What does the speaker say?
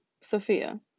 Sophia